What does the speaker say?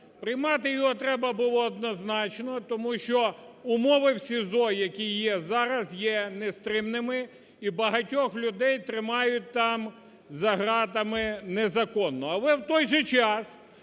Приймати його треба було однозначно тому що умови в СІЗО, які є зараз, є нестримними і багатьох людей тримають там за ґратами незаконно. Але в той же час,